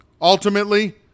Ultimately